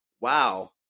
Wow